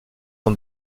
son